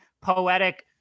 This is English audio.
poetic